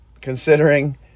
considering